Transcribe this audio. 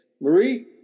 Marie